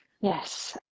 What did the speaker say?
yes